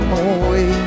away